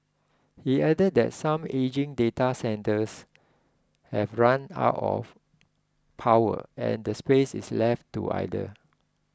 he added that some ageing data centres have ran out of power and the space is left to idle